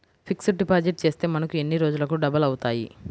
Fixed deposit చేస్తే మనకు ఎన్ని రోజులకు డబల్ అవుతాయి?